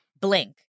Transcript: Blink